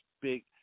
big